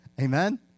Amen